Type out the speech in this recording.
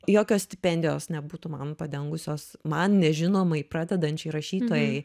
jokios stipendijos nebūtų man padengusios man nežinomai pradedančiai rašytojai